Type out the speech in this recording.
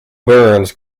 burns